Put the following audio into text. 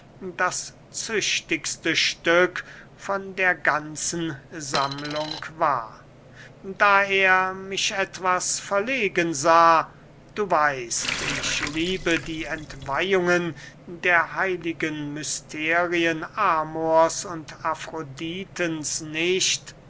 das züchtigste stück von der ganzen sammlung war da er mich etwas verlegen sah du weißt ich liebe die entweihungen der heiligen mysterien amors und afroditens nicht